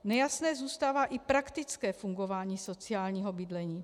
Nejasné zůstává i praktické fungování sociálního bydlení.